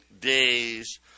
days